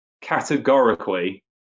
categorically